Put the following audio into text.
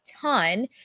ton